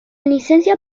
licencia